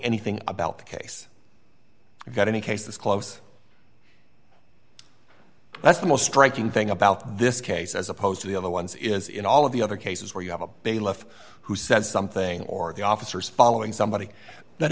anything about the case got any case this close that's the most striking thing about this case as opposed to the other ones is in all of the other cases where you have a bailiff who says something or the officers following somebody